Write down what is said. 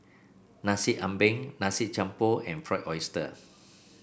Nasi Ambeng Nasi Campur and Fried Oyster